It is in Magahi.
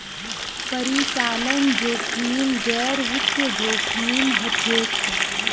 परिचालन जोखिम गैर वित्तीय जोखिम हछेक